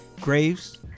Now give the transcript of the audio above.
Graves